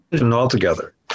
altogether